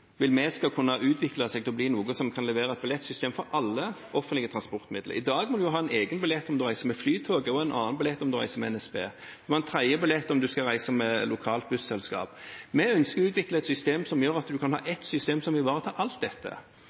vil vi skal kunne utvikle seg til å bli noe som kan levere billettsystem for alle offentlige transportmidler. I dag må en ha en egen billett når en reiser med flytoget, en annen billett om en reiser med NSB, og en tredje billett om en reiser med et lokalt busselskap. Vi ønsker å utvikle et system som gjør at en kan ha ett system som ivaretar alt dette.